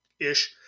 ish